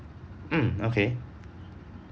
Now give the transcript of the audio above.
mm okay